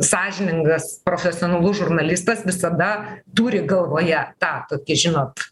sąžiningas profesionalus žurnalistas visada turi galvoje tą tokį žinot